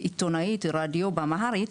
כעיתונאית רדיו באמהרית,